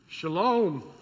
Shalom